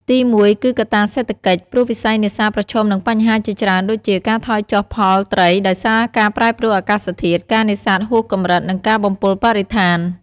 ទីមួយ គឺកត្តាសេដ្ឋកិច្ច ព្រោះវិស័យនេសាទប្រឈមនឹងបញ្ហាជាច្រើនដូចជា ការថយចុះផលត្រីដោយសារការប្រែប្រួលអាកាសធាតុ ការនេសាទហួសកម្រិត និងការបំពុលបរិស្ថាន។